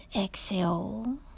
Exhale